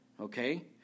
okay